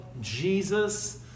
Jesus